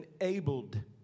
enabled